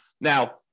Now